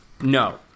No